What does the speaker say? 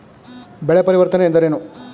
ಬೆಳೆ ಪರಿವರ್ತನೆ ಎಂದರೇನು?